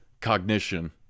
cognition